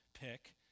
pick